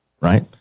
right